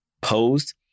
posed